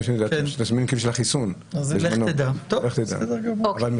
אנחנו כבר לא